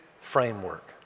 framework